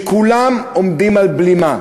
כשכולם עומדים על בלימה,